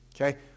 Okay